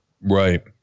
Right